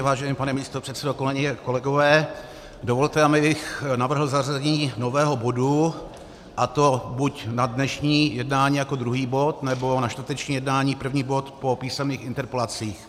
Vážený pane místopředsedo, kolegyně, kolegové, dovolte mi, abych navrhl zařazení nového bodu, a to buď na dnešní jednání jako druhý bod, nebo na čtvrteční jednání, první bod po písemných interpelacích.